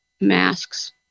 masks